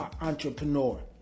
entrepreneur